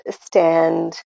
stand